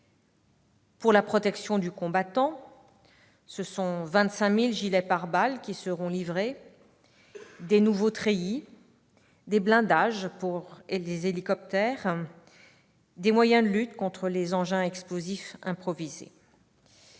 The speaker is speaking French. Pour la protection du combattant, ce sont 25 000 gilets pare-balles, des nouveaux treillis, des blindages pour hélicoptères, des moyens de lutte contre les engins explosifs improvisés.